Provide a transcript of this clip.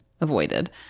avoided